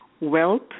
wealth